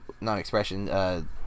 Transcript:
non-expression